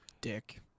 Dick